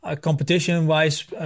competition-wise